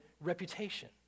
reputation